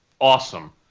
awesome